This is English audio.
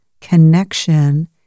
connection